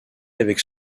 avec